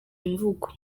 imvugo